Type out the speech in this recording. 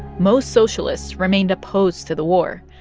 most socialists remained opposed to the war.